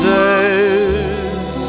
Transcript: days